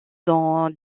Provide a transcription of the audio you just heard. dans